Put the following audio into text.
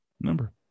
number